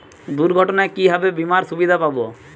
দুর্ঘটনায় কিভাবে বিমার সুবিধা পাব?